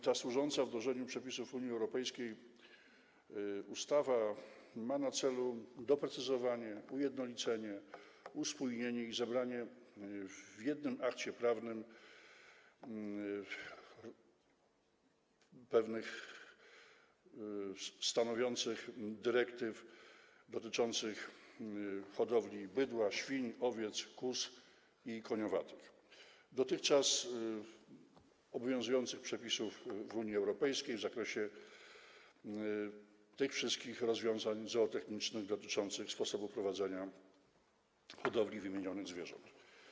Ta służąca wdrożeniu przepisów Unii Europejskiej ustawa ma na celu doprecyzowanie, ujednolicenie, uspójnienie i zebranie w jednym akcie prawnym pewnych dyrektyw dotyczących hodowli bydła, świń, owiec, kóz i koniowatych oraz dotychczas obowiązujących przepisów w Unii Europejskiej w zakresie tych wszystkich rozwiązań zootechnicznych dotyczących sposobu prowadzenia hodowli wymienionych zwierząt.